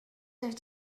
явж